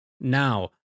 Now